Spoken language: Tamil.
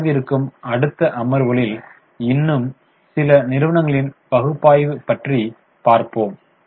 எனவே வரவிருக்கும் அடுத்த அமர்வுகளில் இன்னும் சில நிறுவனங்களின் பகுப்பாய்வு பற்றி பார்ப்போம்